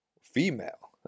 female